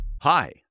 Hi